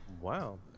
Wow